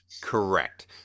Correct